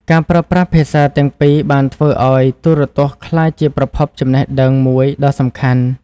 ការប្រើប្រាស់ភាសាទាំងពីរបានធ្វើឱ្យទូរទស្សន៍ក្លាយជាប្រភពចំណេះដឹងមួយដ៏សំខាន់។